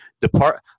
depart